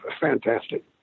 fantastic